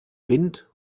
wind